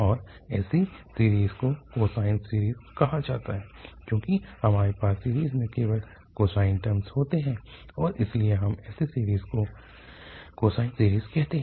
और ऐसी सीरीज़ को कोसाइन सीरीज़ कहा जाता है क्योंकि हमारे पास सीरीज़ में केवल कोसाइन टर्मस होते हैं और इसलिए हम ऐसी सीरीज़ को कोसाइन सीरीज़ कहते हैं